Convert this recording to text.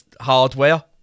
hardware